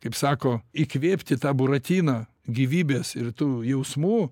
kaip sako įkvėpt į tą buratiną gyvybės ir tų jausmų